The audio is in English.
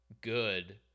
good